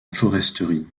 foresterie